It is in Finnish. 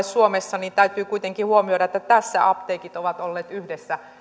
suomessa täytyy kuitenkin huomioida että tässä apteekit ovat olleet yhdessä